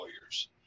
lawyers